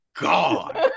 God